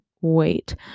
wait